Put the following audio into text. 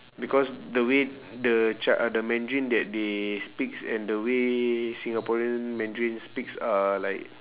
because the way the chi~ uh the mandarin that they speaks and the way singaporean mandarin speaks are like